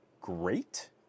great